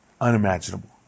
unimaginable